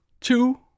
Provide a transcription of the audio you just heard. two